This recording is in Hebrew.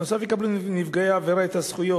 נוסף על כך יקבלו נפגעי העבירה את הזכויות